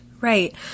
Right